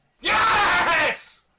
Yes